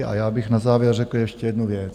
A já bych na závěr řekl ještě jednu věc.